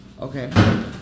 Okay